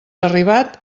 arribat